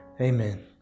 amen